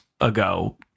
ago